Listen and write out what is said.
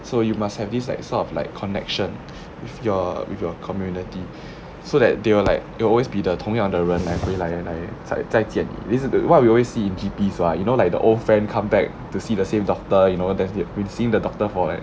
so you must have this like sort of like connection with your with your community so that they will like it'll always be the 同样的人来回来来再再见你 this is the what we always see in G_Ps lah you know like the old friend come back to see the same doctor you know there's the we've seen the doctor for like